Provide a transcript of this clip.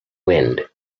wind